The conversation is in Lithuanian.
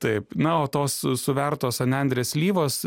taip na o tos suvertos ant nendrės slyvos